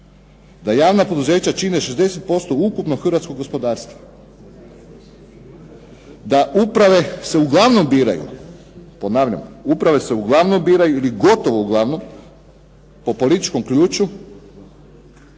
da javna poduzeća čine 60% ukupnog hrvatskog gospodarstva, da uprave se uglavnom biraju, ponavljam uprave se uglavnom biraju ili gotovo uglavnom po političkom ključu